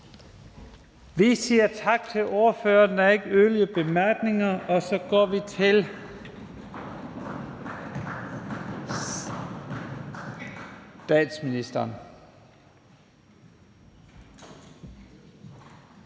Vi siger tak til ordføreren. Der er ikke yderligere korte bemærkninger, og så går vi til statsministeren.